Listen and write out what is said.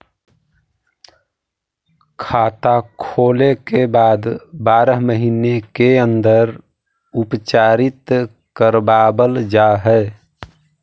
खाता खोले के बाद बारह महिने के अंदर उपचारित करवावल जा है?